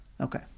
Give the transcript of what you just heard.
Okay